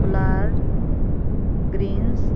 polar greens